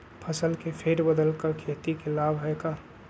फसल के फेर बदल कर खेती के लाभ है का?